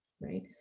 right